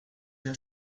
your